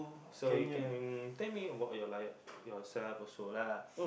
so you can tell me about your life yourself also lah